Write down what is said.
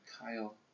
Kyle